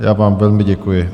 Já vám velmi děkuji.